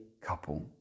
couple